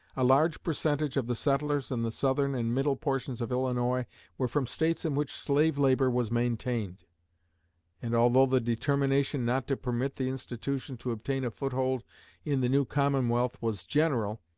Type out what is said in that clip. a large percentage of the settlers in the southern and middle portions of illinois were from states in which slave labor was maintained and although the determination not to permit the institution to obtain a foothold in the new commonwealth was general,